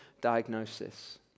diagnosis